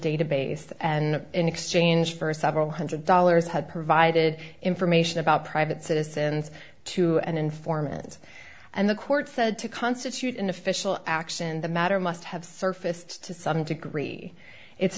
database and in exchange for several one hundred dollars had provided information about private citizens to an informant and the court said to constitute an official action the matter must have surfaced to some degree it's